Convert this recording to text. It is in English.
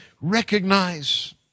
recognize